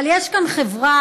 אבל יש כאן חברה,